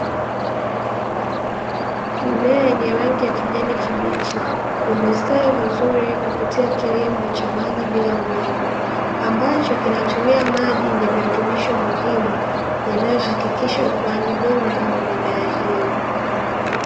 Mimea yenye rangi ya kijani kibichi imestawi vizuri kupitia kilimo cha maji bila udongo, ambacho kinatumia maji yenye virutubisho muhimu yanayo hakikisha ukuaji muhimu wa mimea hiyo.